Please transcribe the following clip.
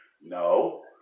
No